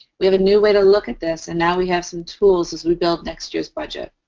we have a new way to look at this, and now we have some tools as we build next year's budget